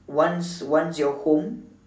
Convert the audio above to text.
once once you're home